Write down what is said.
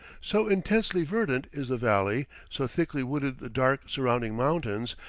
so intensely verdant is the valley, so thickly wooded the dark surrounding mountains,